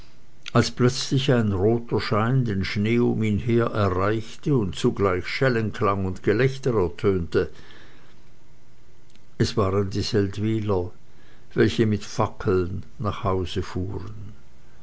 als plötzlich ein roter schein den schnee um ihn her erreichte und zugleich schellenklang und gelächter ertönte es waren die seldwyler welche mit fackeln nach hause fuhren